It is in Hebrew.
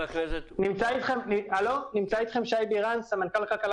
נמצא איתכם שי בירן סמנכ"ל כלכלה